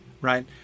right